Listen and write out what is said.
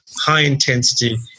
high-intensity